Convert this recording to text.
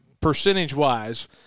percentage-wise